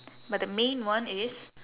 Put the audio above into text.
but the main one is